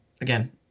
again